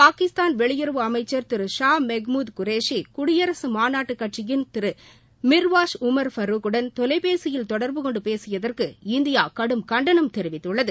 பாகிஸ்தான் வெளியுறவு அமைச்சர் திரு ஷா மெகமூத் குரேசி குடியரக மாநாட்டு கட்சியின் திரு மிர்வாஷ் உமர் ஃபரூக்குடன் தொலைபேசியில் தொடர்பு கொண்டு பேசியதற்கு இந்தியா கடும் கண்டனம் தெரிவித்துள்ளது